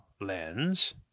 lens